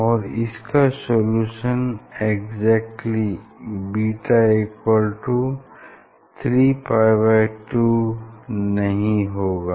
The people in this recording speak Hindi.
और इसका सोल्युशन एग्ज़ेक्त्ली β3π2 नहीं होगा